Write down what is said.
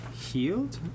healed